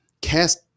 cast